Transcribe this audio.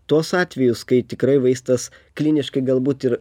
tuos atvejus kai tikrai vaistas kliniškai galbūt ir